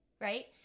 Right